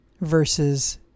versus